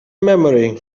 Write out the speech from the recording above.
memory